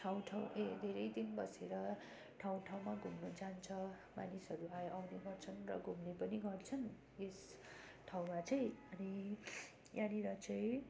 ठाउँ ठाउँ ए धरै दिन बसेर ठाउँ ठाउँमा घुम्न जान्छ मानिसहरू आउने गर्छन् र घुम्ने पनि गर्छन् यस ठाउँमा चाहिँ अनि यहाँनेर चाहिँ